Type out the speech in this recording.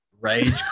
Rage